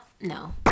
no